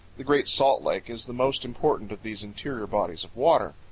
the great salt lake is the most important of these interior bodies of water.